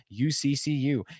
UCCU